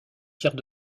pierre